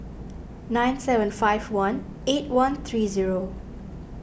nine seven five one eight one three zero